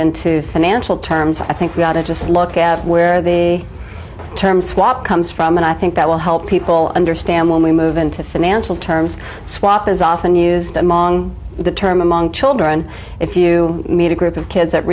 into financial terms i think that i just look at where the term swap comes from and i think that will help people understand when we move into financial terms swap is often used em on the term among children if you meet a group of kids at